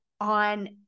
on